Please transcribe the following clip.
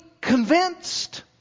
convinced